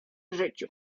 życiu